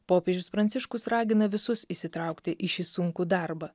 popiežius pranciškus ragina visus įsitraukti į šį sunkų darbą